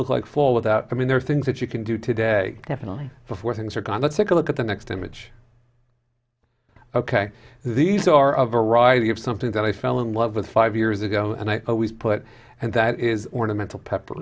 look like fall without i mean there are things that you can do today definitely before things are gone let's take a look at the next image ok these are a variety of something that i fell in love with five years ago and i always put and that is ornamental pepper